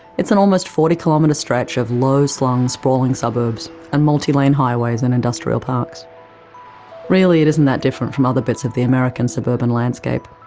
an almost forty kilometre stretch of low-slung sprawling suburbs and multi-lane highways and industrial parks really it isn't that different from other bits of the american suburban landscape.